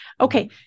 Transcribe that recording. Okay